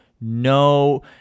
no